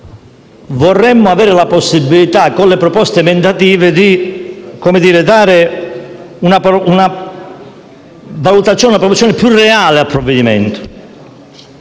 vorremmo avere la possibilità con le proposte emendative di fare una valutazione più realistica del provvedimento.